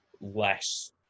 less